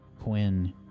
Quinn